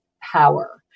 power